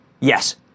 Yes